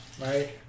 right